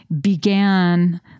began